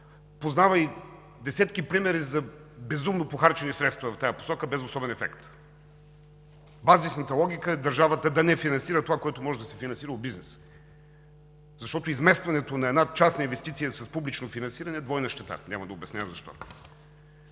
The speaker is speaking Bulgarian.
познава и десетки примери за безумно похарчени средства в тази посока без особен ефект. Базисната логика е държавата да не финансира това, което може да се финансира от бизнеса, защото изместването на една частна инвестиция с публично финансиране е двойна щета – няма да обяснявам защо.